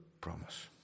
promise